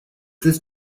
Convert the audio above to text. this